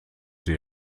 sie